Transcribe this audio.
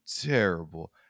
terrible